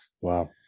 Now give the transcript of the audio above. Wow